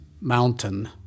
mountain